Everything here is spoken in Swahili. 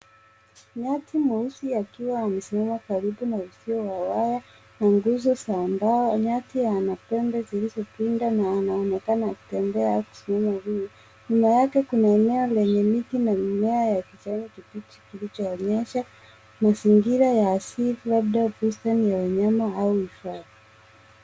Nyati mweusi akiwa amesimama karibu na uzio wa waya na nguzo za mbao. Nyati ana pembe zilizopinda na anaonekana akitembea sehemu hii. Nyuma yake kuna eneo lenye miti na mimea ya kijani kibichi kilichoonyesha mazingira ya asili labda bustani la wanyama au hifadhi.